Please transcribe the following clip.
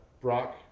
Brock